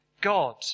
God